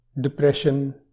depression